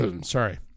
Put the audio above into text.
Sorry